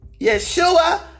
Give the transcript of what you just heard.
Yeshua